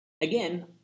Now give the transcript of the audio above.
again